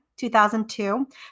2002